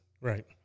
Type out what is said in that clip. Right